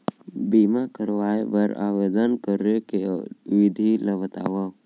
बीमा करवाय बर आवेदन करे के विधि ल बतावव?